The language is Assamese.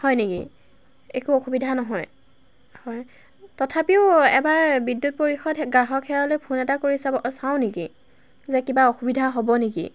হয় নেকি একো অসুবিধা নহয় হয় তথাপিও এবাৰ বিদ্যুৎ পৰিষদ গ্ৰাহক সেৱালৈ ফোন এটা কৰি চাব চাওঁ নেকি যে কিবা অসুবিধা হ'ব নেকি